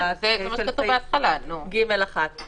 זאת בדיוק המשמעות של סעיף (ג)(1),